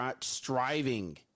striving